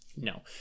no